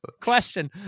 Question